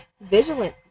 vigilant